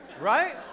right